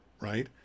right